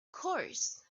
course